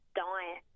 diet